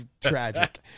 tragic